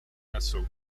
nassau